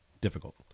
difficult